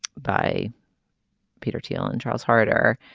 by peter teal and charles harder.